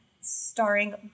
starring